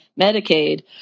Medicaid